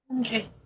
Okay